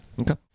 Okay